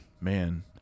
man